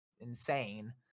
insane